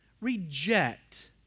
reject